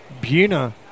Buna